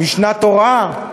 "משנה תורה",